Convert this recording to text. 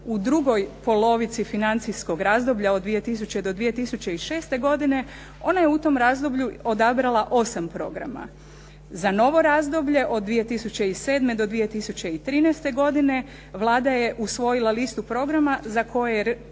u drugoj polovici financijskog razdoblja od 2000. do 2006. godine ona je u tom razdoblju odabrala 8 programa. Za novo razdoblje od 2007. do 2013. godine Vlada je usvojila listu programa za koje je